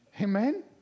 Amen